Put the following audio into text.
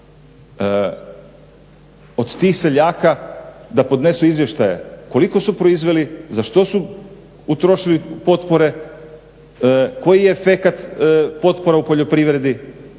od tih seljaka da podnesu izvještaje koliko su proizveli, za što su utrošili potpore, koji je efekat potpora u poljoprivredi,